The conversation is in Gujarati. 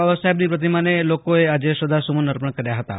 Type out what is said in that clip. બાબાસાહેબની પ્રતિમાને લોકોએ આજે શ્રદ્ધાસુમન અર્પણ કર્યા હતાં